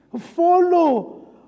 follow